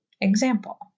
example